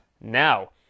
now